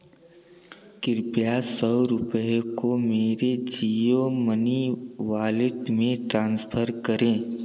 कृपया सौ रुपये को मेरे जियो मनी वालेट में ट्रांसफर करें